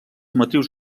matrius